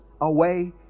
away